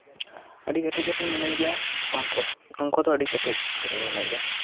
ᱟᱹᱰᱤ ᱠᱮᱴᱮᱡ ᱠᱟᱛᱮᱧ ᱢᱚᱱᱮ ᱜᱮᱭᱟ ᱚᱝᱠᱚ ᱚᱝᱠᱚ ᱫᱚ ᱟᱹᱰᱤ ᱠᱮᱴᱮᱡ ᱠᱟᱛᱮᱧ ᱢᱚᱱᱮ ᱜᱮᱭᱟ